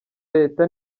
leta